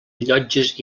llotges